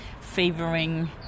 favoring